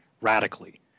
radically